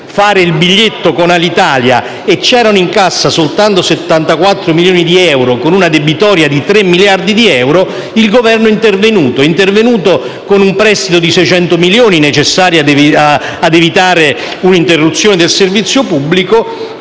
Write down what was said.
fare il biglietto con Alitalia e c'erano in cassa soltanto 74 milioni di euro, con una debitoria di 3 miliardi di euro. Il Governo è intervenuto con un prestito di 600 milioni, necessari a evitare un'interruzione del servizio pubblico.